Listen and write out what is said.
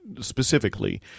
specifically